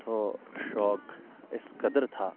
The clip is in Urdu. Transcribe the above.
تھو شوق اس قدر تھا